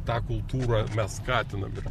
tą kultūrą mes skatinam ir